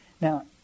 Now